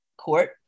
court